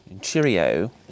Cheerio